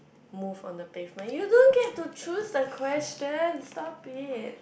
move on the pavement you don't get to choose the question stop it